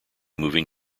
moving